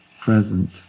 present